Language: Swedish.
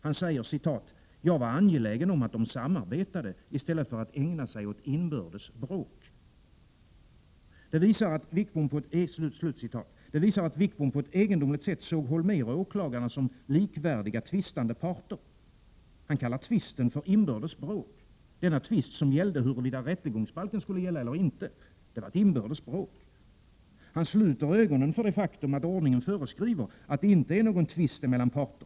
Han säger: ”Jag var angelägen om att de samarbetade i stället för att ägna sig åt inbördes bråk.” Detta visar att Wickbom på ett egendomligt sätt såg Holmér och åklagarna som likvärdiga tvistande parter. Han kallar tvisten för inbördes bråk, denna tvist som gällde huruvida rättegångsbalken skulle gälla eller inte. Han sluter ögonen för det faktum, att ordningen föreskriver, att det inte är någon tvist mellan parter.